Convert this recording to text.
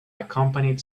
accompanied